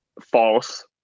False